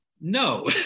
no